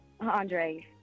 Andre